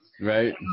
Right